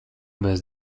mēs